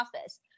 office